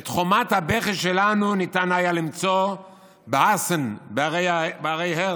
את חומת הבכי שלנו ניתן היה למצוא באסן, בהרי הרץ,